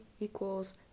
equals